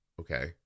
Okay